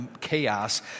chaos